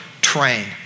train